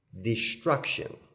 destruction